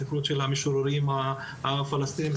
הספרות של המשוררים הפלסטיניים.